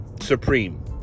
supreme